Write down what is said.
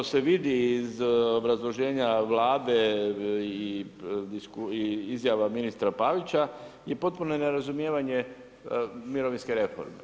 Ono što se vidi iz obrazloženja Vlade i izjava ministra Pavića je potpuno nerazumijevanje mirovinske reforme.